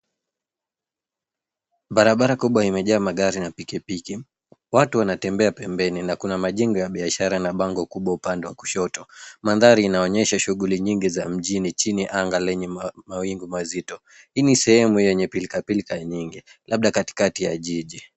Barabara kubwa imejaa magari na pikipiki, watu wanatembea pembeni na kuna majengo ya biashara na bango kubwa upande wa kushoto. Mandhari inaonyesha shuguli nyingi za mjini chini ya anga lenye mawingu mazito. Hii ni sehemu yenye pilkapilka nyingi labda katikati ya jiji.